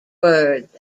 words